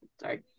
Sorry